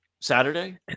saturday